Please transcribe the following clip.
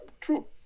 true